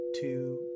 two